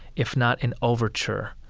if not an overture,